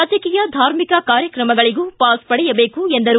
ರಾಜಕೀಯ ಧಾರ್ಮಿಕ ಕಾರ್ಯಕ್ರಮಗಳಿಗೂ ಪಾಸ್ ಪಡೆಯಬೇಕು ಎಂದರು